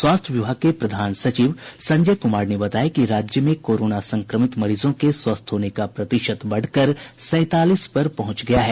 स्वास्थ्य विभाग के प्रधान सचिव संजय कुमार ने बताया कि राज्य में कोरोना संक्रमित मरीजों के स्वस्थ होने का प्रतिशत बढ़कर सैंतालीस पर पहुंच गया है